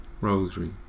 Rosary